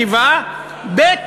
שיבה, ב.